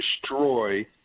destroy